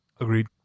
Agreed